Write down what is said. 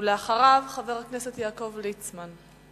ואחריו, חבר הכנסת יעקב ליצמן.